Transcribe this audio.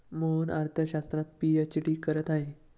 मोहन अर्थशास्त्रात पीएचडी करत आहे